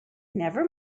never